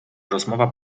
rozmowa